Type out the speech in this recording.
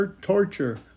torture